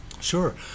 sure